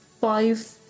five